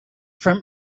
from